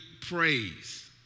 praise